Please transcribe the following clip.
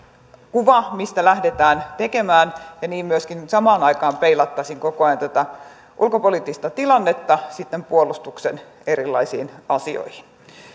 kuva mistä lähdetään tekemään ja myöskin samaan aikaan peilattaisiin koko ajan tätä ulkopoliittista tilannetta puolustuksen erilaisiin asioihin